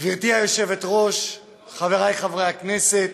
גברתי היושבת-ראש, חברי חברי הכנסת,